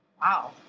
wow